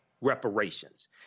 reparations